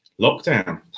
lockdown